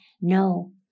No